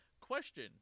Question